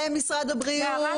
למשרד הבריאות,